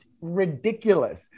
ridiculous